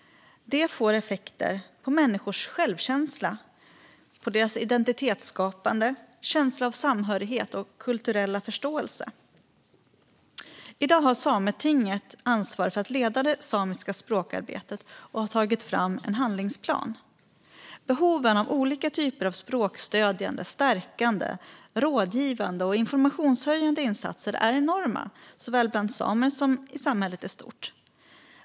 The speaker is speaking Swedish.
Det får effekter på människors självkänsla, identitetsskapande, känsla av samhörighet och kulturella förståelse. Sametinget har i dag ansvar för att leda det samiska språkarbetet och har tagit fram en handlingsplan. Behovet av olika språkstödjande, stärkande, rådgivande och informationshöjande insatser är enormt såväl bland samer som i samhället i stort.